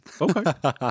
Okay